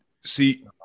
See